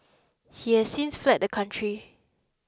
he has since fled the country